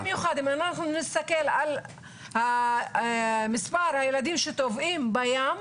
אם אנחנו נסתכל על מספר הילדים שטובעים בים,